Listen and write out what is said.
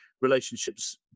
relationships